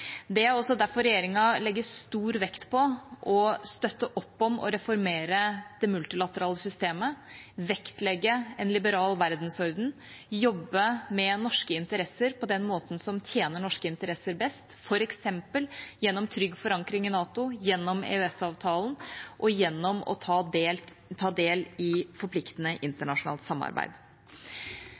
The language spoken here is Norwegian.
Det er også derfor regjeringa legger stor vekt på å støtte opp om og reformere det multilaterale systemet, vektlegge en liberal verdensorden og jobbe med norske interesser på den måten som tjener norske interesser best, f.eks. gjennom trygg forankring i NATO, gjennom EØS-avtalen og gjennom å ta del i forpliktende internasjonalt samarbeid.